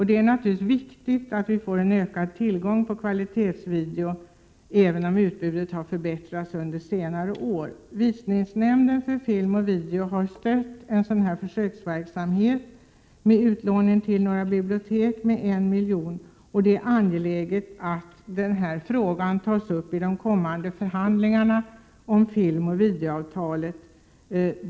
Det är naturligtvis viktigt att tillgången på kvalitetsvideo ökar, även om utbudet har förbättrats under senare år. Visningsnämnden för film och video har stött en försöksverksamhet med utlåning på några bibliotek med 1 milj.kr. Det är angeläget att denna fråga tas upp i de kommande förhandlingarna öm filmoch videoavtalet.